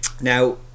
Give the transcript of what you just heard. Now